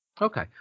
Okay